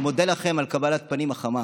אני מודה לכם על קבלת הפנים החמה.